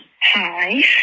Hi